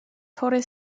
torre